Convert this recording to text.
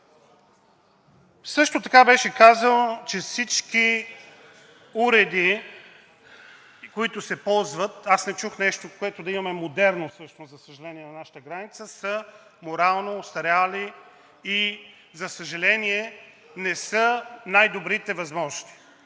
Също така беше казано, че всички уреди, които се ползват, аз не чух нещо, което да имаме модерно всъщност, за съжаление, на нашата граница са морално остарели и за съжаление, не са най-добрите възможни.